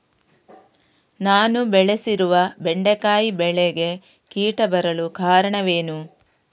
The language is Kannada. ನಾನು ಬೆಳೆಸಿರುವ ಬೆಂಡೆಕಾಯಿ ಬೆಳೆಗೆ ಕೀಟ ಬರಲು ಕಾರಣವೇನು?